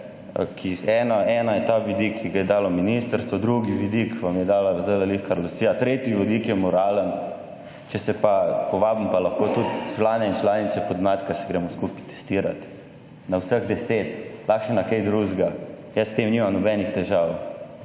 je, en je ta vidik, ki ga je dala ministrica, drugi vidik vam je dala zdajle lihkar Lucija, tretji vidik je moralen. Če se pa, povabim pa lahko tudi člane in članice podmladka, se gremo skupaj testirat. Na vseh deset, lahko še kaj na drugega. Jaz s tem nimam nobenih težav.